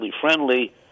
friendly